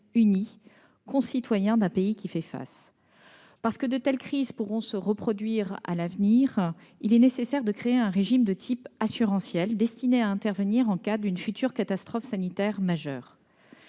le 13 avril dernier. Parce que de telles crises pourront se reproduire à l'avenir, il est nécessaire de créer un régime de type assurantiel destiné à intervenir en cas de future catastrophe sanitaire majeure.